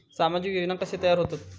सामाजिक योजना कसे तयार होतत?